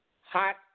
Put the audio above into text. hot